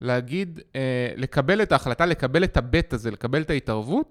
להגיד, לקבל את ההחלטה, לקבל את הבט הזה, לקבל את ההתערבות.